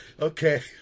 Okay